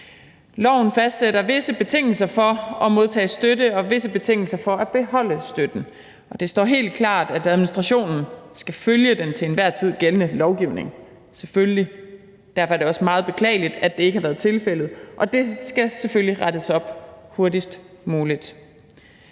Loven fastsætter visse betingelser for at modtage støtte og visse betingelser for at beholde støtten, og det står helt klart, at administrationen skal følge den til enhver tid gældende lovgivning, selvfølgelig. Derfor er det også meget beklageligt, at det ikke har været tilfældet, og det skal selvfølgelig rettes op hurtigst muligt.